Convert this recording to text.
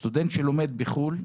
סטודנט שלומד בחוץ לארץ,